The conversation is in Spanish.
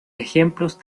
ejemplos